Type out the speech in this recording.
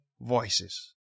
voices